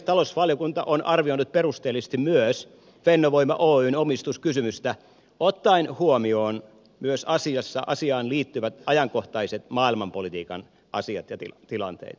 talousvaliokunta on arvioinut perusteellisesti myös fennovoima oyn omistuskysymystä ottaen huomioon myös asiaan liittyvät ajankohtaiset maailmanpolitiikan asiat ja tilanteet